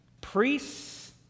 Priests